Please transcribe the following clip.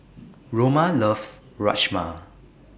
Roma loves Rajma